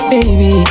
Baby